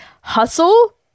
hustle